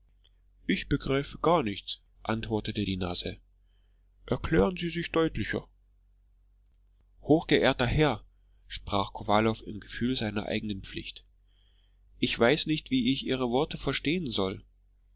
ich begreife gar nichts antwortete die nase erklären sie sich deutlicher hochgeehrter herr sprach kowalow im gefühl seiner eigenen pflicht ich weiß nicht wie ich ihre worte verstehen soll